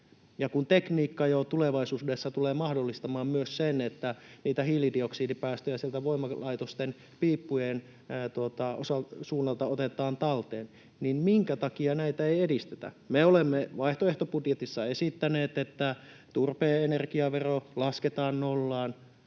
Ja kun tekniikka tulevaisuudessa tulee mahdollistamaan myös sen, että niitä hiilidioksidipäästöjä sieltä voimalaitosten piippujen suunnalta otetaan talteen, niin minkä takia näitä ei edistetä? Me olemme vaihtoehtobudjetissa esittäneet, että turpeen energiavero lasketaan nollaan.